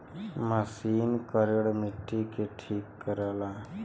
machine करेड़ मट्टी के ठीक करत हौ